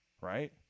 Right